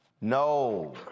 no